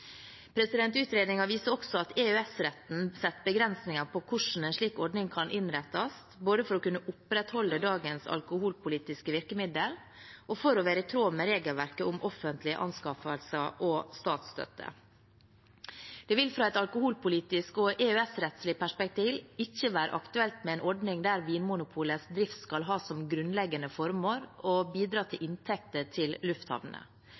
viser også at EØS-retten setter begrensninger for hvordan en slik ordning kan innrettes, både for å kunne opprettholde dagens alkoholpolitiske virkemidler og for å være i tråd med regelverket om offentlige anskaffelser og statsstøtte. Det vil fra et alkoholpolitisk og EØS-rettslig perspektiv ikke være aktuelt med en ordning der Vinmonopolets drift skal ha som grunnleggende formål å bidra til inntekter til lufthavnene.